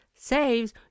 saves